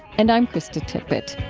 and i'm krista tippett